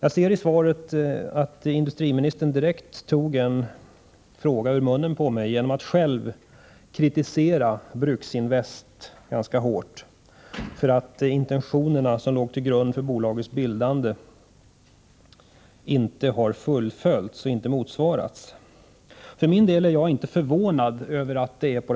Genom svaret tog industriministern ordet ur munnen på mig genom att själv kritisera Bruksinvest ganska hårt för att de intentioner som låg till grund för bolagets bildande inte har fulltföljts. För min del är jag inte förvånad över att det är så.